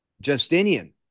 Justinian